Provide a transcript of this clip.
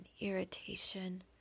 irritation